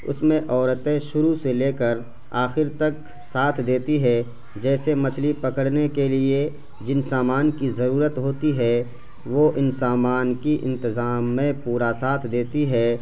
اس میں عورتیں شروع سے لے کر آخر تک ساتھ دیتی ہے جیسے مچھلی پکڑنے کے لیے جن سامان کی ضرورت ہوتی ہے وہ ان سامان کی انتظام میں پورا ساتھ دیتی ہے